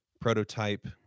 prototype